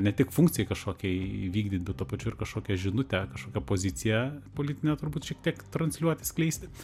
ne tik funkcijai kažkokiai įvykdyt bet tuo pačiu ir kažkokią žinutę kažkokią poziciją politinę turbūt šiek tiek transliuoti skleisti